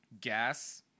gas